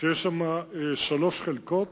שיש בו שלוש חלקות